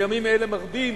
בימים אלה מרבים